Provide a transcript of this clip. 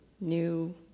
new